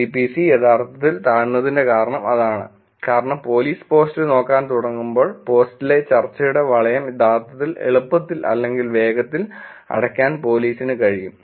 C P C യഥാർത്ഥത്തിൽ താഴ്ന്നതിന്റെ കാരണം അതാണ് കാരണം പോലീസ് പോസ്റ്റ് നോക്കാൻ തുട ങ്ങുമ്പോൾ പോസ്റ്റിലെ ചർച്ചയുടെ വളയം യഥാർത്ഥത്തിൽ എളുപ്പത്തിൽ അല്ലെങ്കിൽ വേഗത്തിൽ അടയ്ക്കാൻ പോലീസിന് കഴിയും